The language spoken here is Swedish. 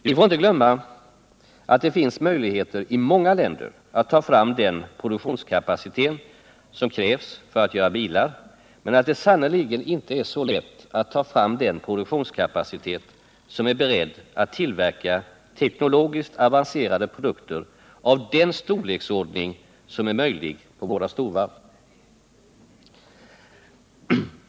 Vi får inte glömma att det finns möjligheter i många länder att ta fram den produktionskapacitet som krävs för att göra bilar, men att det sannerligen inte är så lätt att ta fram den produktionskapacitet som behövs för att man skall vara beredd att tillverka teknologiskt avancerade produkter av den storleksordning som är möjlig på våra storvarv.